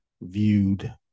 viewed